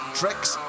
tricks